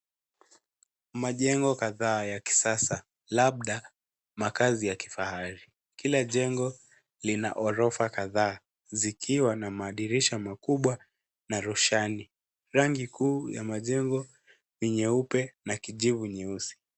Majengo kadhaa ya kisasa, labda makazi ya kifahari. Kila jengo lina ghorofa kadhaa zikiwa na madirisha makubwa na roshani. Rangi kuu ya majengo ni nyeupe na kijivu nyeusi.